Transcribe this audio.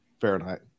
Fahrenheit